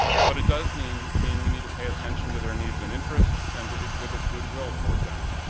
but it does mean mean we need to pay attention to their needs and interests and to exhibit goodwill toward them.